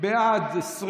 בעד,